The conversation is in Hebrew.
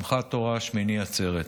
שמחת תורה, שמיני עצרת.